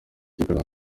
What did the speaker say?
rwanda